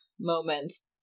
moments